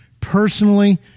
personally